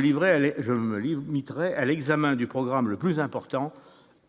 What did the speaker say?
livrais mais je me limiterai à l'examen du programme le plus important